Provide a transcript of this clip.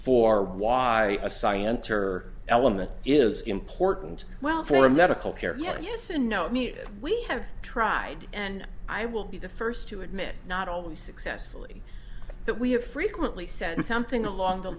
for why a scientist or element is important well for medical care yes and no need we have tried and i will be the first to admit not always successfully that we have frequently said something along the